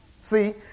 See